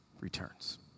returns